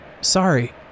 Sorry